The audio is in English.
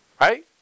right